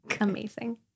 Amazing